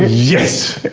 yes!